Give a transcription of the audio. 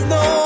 no